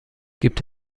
gibt